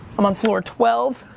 i'm on floor twelve.